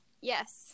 yes